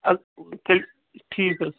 اَدٕ تیٚلہِ ٹھیٖک حظ